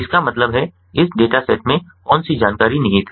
इसका मतलब है इस डेटा सेट में कौन सी जानकारी निहित है